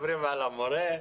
אז